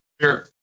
Sure